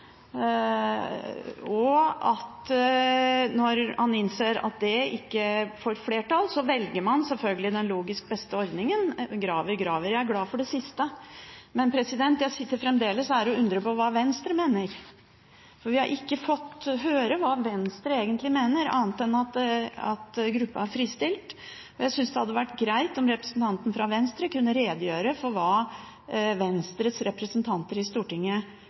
og at han, når han innser at det ikke får flertall, selvfølgelig velger den logisk beste ordningen: Graver–Graver. Jeg er glad for det siste. Men jeg står fremdeles her og undres på hva Venstre mener, for vi har ikke fått høre hva Venstre egentlig mener, annet enn at gruppa er fristilt. Jeg synes det hadde vært greit om representanten fra Venstre kunne redegjøre for hva Venstres representanter i Stortinget